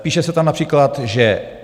Píše se tam například, že to je